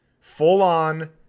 Full-on